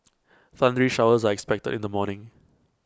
thundery showers are expected in the morning